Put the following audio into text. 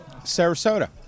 Sarasota